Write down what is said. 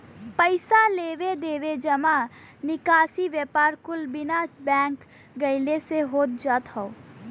पइसा लेवे देवे, जमा निकासी, व्यापार कुल बिना बैंक गइले से हो जात हौ